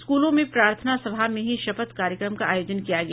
स्कूलों में प्रार्थना सभा में ही शपथ कार्यक्रम का आयोजन किया गया